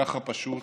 ככה פשוט,